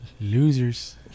Losers